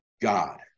God